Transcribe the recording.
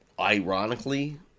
ironically